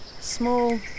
small